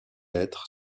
être